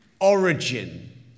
origin